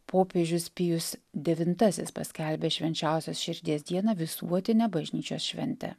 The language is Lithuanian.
popiežius pijus devintasis paskelbė švenčiausios širdies dieną visuotine bažnyčios švente